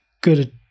good